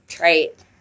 right